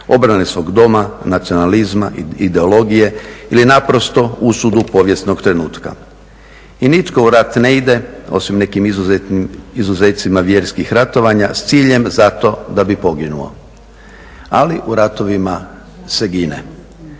obrane svog doma, nacionalizma i ideologije ili naprosto usudu povijesnog trenutka. I nitko u rat ne ide, osim nekim izuzetcima vjerskih ratovanja, s ciljem da bi poginuo, ali u ratovima se gine.